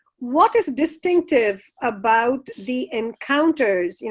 what is distinctive about the encounters? you